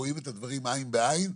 רואים את הדברים עין בעין.